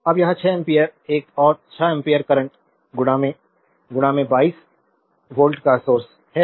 अब यह 6 एम्पीयर एक और 6 एम्पीयर करंट 22 वोल्ट का सोर्स है